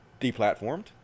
deplatformed